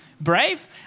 brave